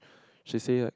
she say like